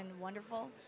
wonderful